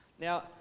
Now